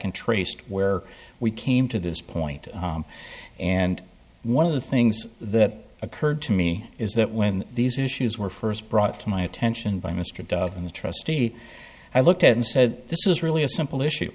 and traced where we came to this point and one of the things that occurred to me is that when these issues were first brought to my attention by mr de in the trustee i looked at and said this is really a simple issue